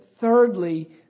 thirdly